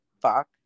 fuck